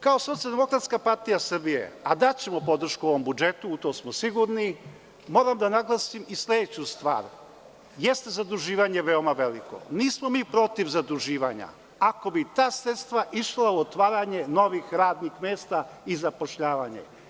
Kao SDPS, a daćemo podršku ovom budžetu u to smo sigurni, moram da naglasim i sledeću stvar - jeste zaduživanje veoma veliko, nismo mi protiv zaduživanja, ako bi ta sredstva išla u otvaranje novih radnih mesta i zapošljavanje.